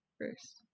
first